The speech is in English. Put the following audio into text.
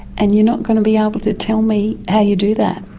and you're not going to be able to tell me how you do that.